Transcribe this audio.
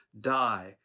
die